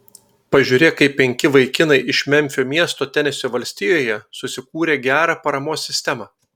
pažiūrėk kaip penki vaikinai iš memfio miesto tenesio valstijoje susikūrė gerą paramos sistemą